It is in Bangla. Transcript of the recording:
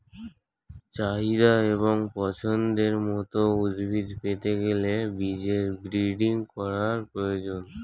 চাহিদা এবং পছন্দের মত উদ্ভিদ পেতে গেলে বীজের ব্রিডিং করার প্রয়োজন